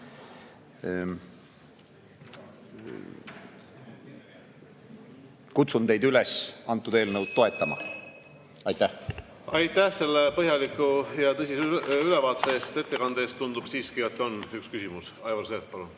kutsun teid üles eelnõu toetama. Aitäh! Aitäh selle põhjaliku ja tõsise ülevaate eest, ettekande eest! Tundub siiski, et on üks küsimus. Aivar Sõerd, palun!